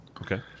Okay